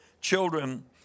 children